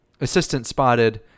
assistant-spotted